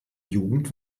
jugend